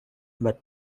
but